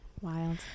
Wild